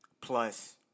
plus